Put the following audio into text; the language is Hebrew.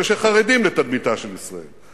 אלה שחרדים לתדמיתה של ישראל,